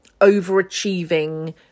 overachieving